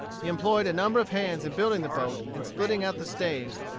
he employed a number of hands in building the boat and splitting out the staves,